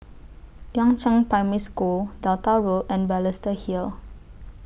Yangzheng Primary School Delta Road and Balestier Hill